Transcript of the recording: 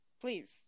please